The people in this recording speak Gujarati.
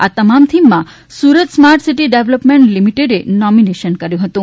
આ તમામ થિમમાં સુરત સ્માર્ટ સિટી ડેવલોપમેન્ટ લિમિટેડે નોમિનેશન કર્યું હતું